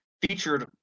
featured